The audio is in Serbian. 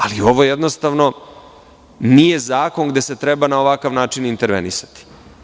Ali, ovo jednostavno nije zakon gde se treba na ovakav način intervenisati.